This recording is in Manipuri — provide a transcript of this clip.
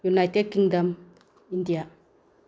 united Kingdom India